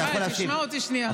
תשמע אותי שנייה.